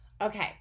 okay